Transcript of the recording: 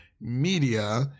media